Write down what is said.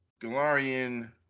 Galarian